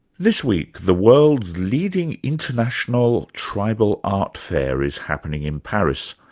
this week the world's leading international tribal art fair is happening in paris,